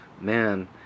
man